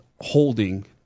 holding